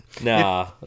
Nah